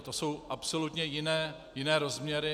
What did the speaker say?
To jsou absolutně jiné rozměry.